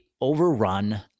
overrun